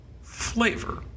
flavor